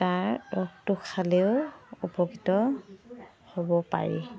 তাৰ ৰসটো খালেও উপকৃত হ'ব পাৰি